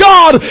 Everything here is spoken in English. God